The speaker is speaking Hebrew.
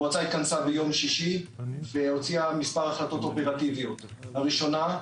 המועצה התכנסה ביום שישי וקיבלה מספר החלטות אופרטיביות: הראשונה,